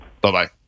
Bye-bye